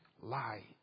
lie